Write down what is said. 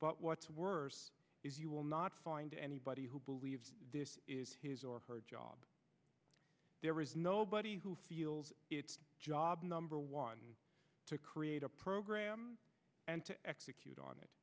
but what's worse is you will not find anybody who believes this is his or her job there is nobody who feels its job number one to create a program and to execute on it